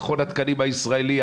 מכון התקנים הישראלי,